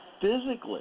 physically